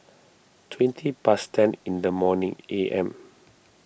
twenty past ten in the morning A M